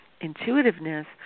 intuitiveness